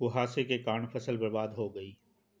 कुहासे के कारण फसल बर्बाद हो गयी